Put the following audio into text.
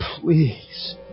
please